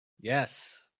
Yes